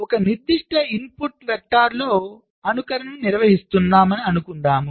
మనము ఒక నిర్దిష్ట ఇన్పుట్ వెక్టర్తో అనుకరణను నిర్వహిస్తున్నాము అనుకుందాం